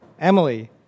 Emily